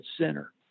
center